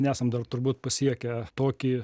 nesam dar turbūt pasiekę tokį